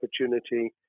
opportunity